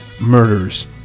murders